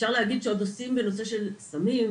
אפשר להגיד שעוד עושים בנושא של סמים,